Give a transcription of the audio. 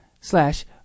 slash